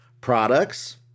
Products